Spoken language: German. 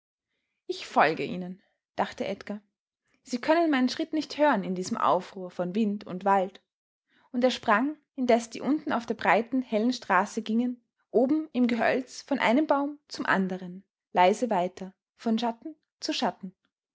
ich folge ihnen dachte edgar sie können meinen schritt nicht hören in diesem aufruhr von wind und wald und er sprang indes die unten auf der breiten hellen straße gingen oben im gehölz von einem baum zum anderen leise weiter von schatten zu schatten